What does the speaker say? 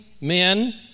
men